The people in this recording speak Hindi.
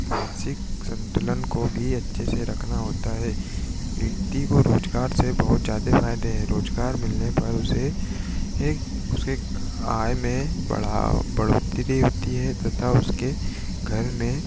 मानसिक संतुलन को भी अच्छे से रखना होता है व्यक्ति को रोजगार से बहुत ज्यादे फायदे हैं रोजगार मिलने पर उसे एक उसे एक आय में बढ़ाव बढ़ोत्तरी होती है तथा उसके घर में